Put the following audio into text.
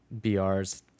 brs